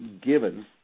given